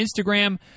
Instagram